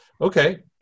Okay